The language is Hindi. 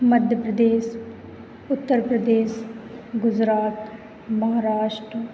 मध्य प्रदेश उत्तर प्रदेश गुजरात महाराष्ट्र